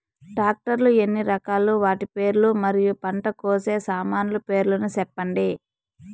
Tractor లు ఎన్ని రకాలు? వాటి పేర్లు మరియు పంట కోసే సామాన్లు పేర్లను సెప్పండి?